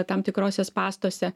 tam tikruose spąstuose